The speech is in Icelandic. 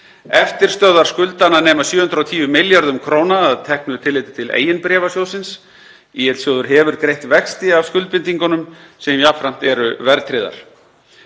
Eftirstöðvar skuldanna nema um 710 milljörðum króna að teknu tilliti til eigin bréfa sjóðsins. ÍL-sjóður hefur greitt vexti af skuldbindingunum sem jafnframt eru verðtryggðar.